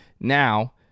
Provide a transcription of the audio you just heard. Now